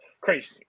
Crazy